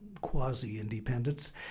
quasi-independence